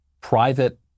private